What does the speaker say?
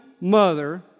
mother